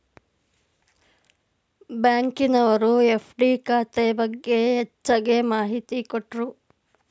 ಬ್ಯಾಂಕಿನವರು ಎಫ್.ಡಿ ಖಾತೆ ಬಗ್ಗೆ ಹೆಚ್ಚಗೆ ಮಾಹಿತಿ ಕೊಟ್ರು